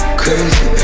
crazy